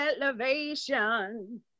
elevation